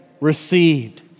received